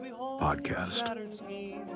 podcast